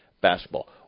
basketball